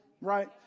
right